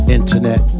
internet